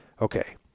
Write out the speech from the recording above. Okay